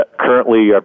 currently